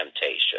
temptation